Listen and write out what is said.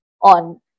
on